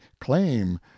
claim